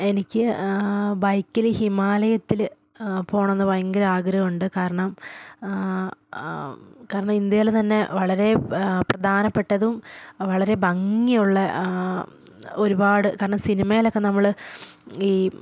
എനിക്ക് ബൈക്കിൽ ഹിമാലയത്തിൽ പോകണം എന്ന് ഭയങ്കര ആഗ്രഹം ഉണ്ട് കാരണം കാരണം ഇന്ത്യയിൽ തന്നെ വളരെ പ്രധാനപ്പെട്ടതും വളരെ ഭംഗിയുള്ള ഒരുപാട് കാരണം സിനിമേലൊക്കെ നമ്മൾ ഈ